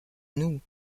nous